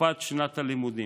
תקופת שנת הלימודים.